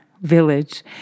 village